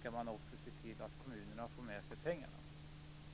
skall man också se till att kommunerna får med sig pengarna.